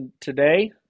today